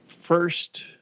first